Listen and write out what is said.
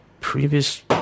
previous